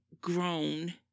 grown